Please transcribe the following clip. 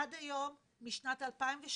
עד היום משנת 2012